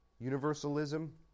Universalism